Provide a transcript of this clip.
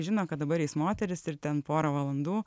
žino kad dabar eis moterys ir ten porą valandų